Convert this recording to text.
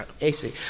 AC